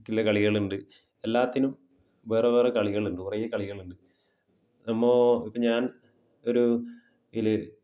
ക്കുള്ള കളികളുണ്ട് എല്ലാത്തിനും വേറെ വേറെ കളികളുണ്ട് കുറെ കളികളുണ്ട് നമ്മൾ ഇപ്പം ഞാൻ ഒരു ഇതിൽ